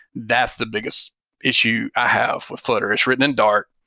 that's the biggest issue i have with flutter is written in dart,